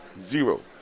Zero